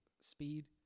speed